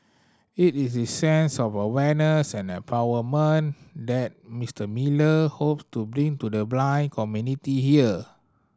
it is sense of awareness and empowerment that Mister Miller hopes to bring to the blind community here